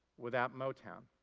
without motown.